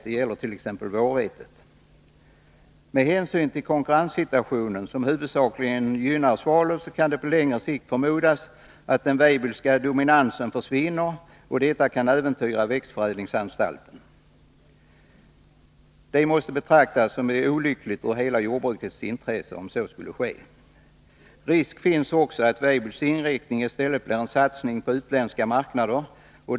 Det gäller t.ex. vårvete. Med hänsyn till konkurrenssituationen, som huvudsakligen gynnar Svalöf AB, kan det på längre sikt förmodas att den Weibullska dominansen försvinner, och detta kan äventyra växtförädlingsanstalten Weibulls struktur. Det måste betraktas som olyckligt för hela jordbrukets intresse om så skulle ske. Risk finns också att Weibulls inriktning i stället blir en satsning på utländska marknader.